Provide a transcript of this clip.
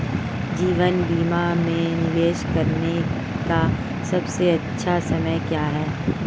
जीवन बीमा में निवेश करने का सबसे अच्छा समय क्या है?